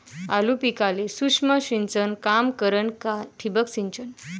आलू पिकाले सूक्ष्म सिंचन काम करन का ठिबक सिंचन?